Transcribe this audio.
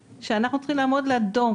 אני מתכבד לפתוח את ישיבת ועדת